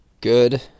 good